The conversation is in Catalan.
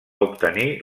obtenir